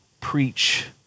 preach